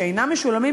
שאינם משולמים,